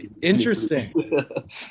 interesting